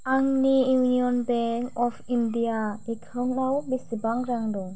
आंनि union bank of India एकाउन्टाव बेसेबां रां दं